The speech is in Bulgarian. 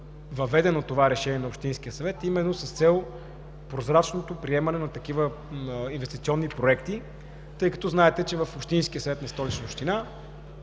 въведено това решение на Общинския съвет е именно с цел прозрачното приемане на такива инвестиционни проекти. Знаете, че в Общинския съвет на Столична община